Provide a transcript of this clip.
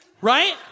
Right